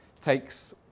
takes